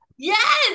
Yes